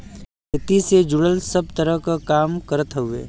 खेती से जुड़ल सब तरह क काम करत हउवे